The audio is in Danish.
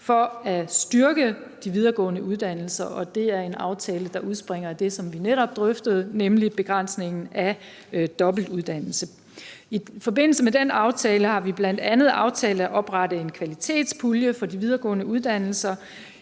for at styrke de videregående uddannelser, og det er en aftale, der udspringer af det, som vi netop drøftede, nemlig begrænsningen af dobbeltuddannelse. I forbindelse med den aftale har vi bl.a. aftalt at oprette en kvalitetspulje for de videregående uddannelser.